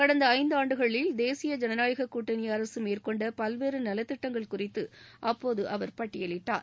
கடந்த ஐந்தாண்டுகளில் தேசிய ஜனநாயக கூட்டணி அரசு மேற்கொண்ட பல்வேறு நலத்திட்டங்கள் குறித்து அப்போது அவர் பட்டியலிட்டார்